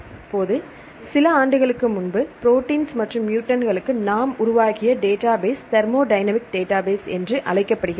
இப்போது சில ஆண்டுகளுக்கு முன்பு ப்ரோடீன்ஸ் மற்றும் மூடன்ட்களுக்கு நாம் உருவாக்கிய டேட்டாபேஸ் தெர்மோடைனமிக் டேட்டாபேஸ் என்று அழைக்கப்படுகிறது